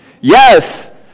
Yes